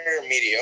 mediocre